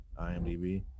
IMDb